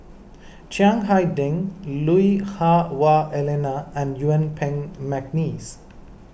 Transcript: Chiang Hai Ding Lui Hah Wah Elena and Yuen Peng McNeice